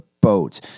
Boat